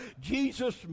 Jesus